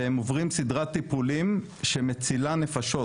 והם עוברים סדרת טיפולים שמצילה נפשות